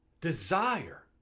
desire